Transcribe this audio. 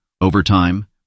overtime